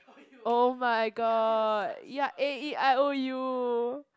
oh-my-god ya A E I O U